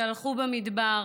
שהלכו במדבר